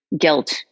guilt